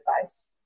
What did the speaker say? advice